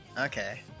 okay